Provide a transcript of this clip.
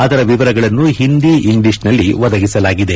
ಅದರ ವಿವರಗಳನ್ನು ಹಿಂದಿ ಇಂಗ್ಲೀಷ್ನಲ್ಲಿ ಒದಗಿಸಲಾಗಿದೆ